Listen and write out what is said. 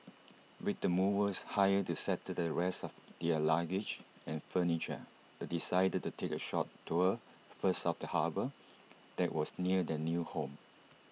with the movers hired to settle the rest of their luggage and furniture they decided to take A short tour first of the harbour that was near their new home